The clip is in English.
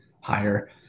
higher